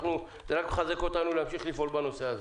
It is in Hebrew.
זה רק מחזק אותנו להמשיך לפעול בנושא הזה.